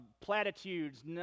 platitudes